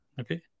Okay